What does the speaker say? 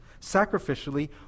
sacrificially